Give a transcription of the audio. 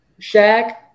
Shaq